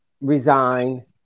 resign